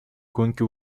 гонки